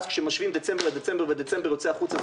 אז כשמשווים דצמבר לדצמבר ודצמבר יוצא החוצה,